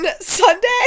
Sunday